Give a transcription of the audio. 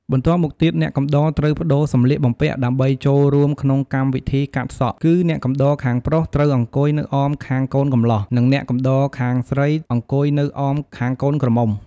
បន្ទាប់មកទៀតអ្នកកំដរត្រូវប្តូរសម្លៀកបំពាក់ ដើម្បីចូលរួមក្នុងកម្មវិធីកាត់សក់ គឺអ្នកកំដរខាងប្រុសត្រូវអង្គុយនៅអមខាងកូនកម្លោះនិងអ្នកកំដរខាងស្រីអង្គុយនៅអមខាងកូនក្រមុំ។